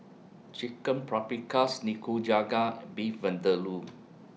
Chicken Paprikas Nikujaga Beef Vindaloo